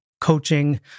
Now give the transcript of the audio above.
coaching